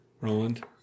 Roland